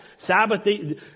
Sabbath